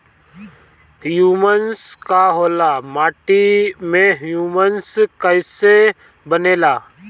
Humus का होला माटी मे ह्यूमस कइसे बनेला?